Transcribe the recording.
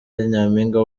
nyampinga